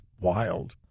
wild